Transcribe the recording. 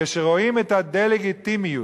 כשרואים את הדה-לגיטימציה